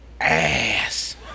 ass